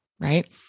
right